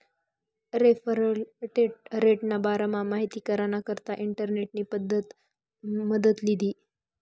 referral रेटना बारामा माहिती कराना करता इंटरनेटनी मदत लीधी